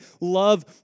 love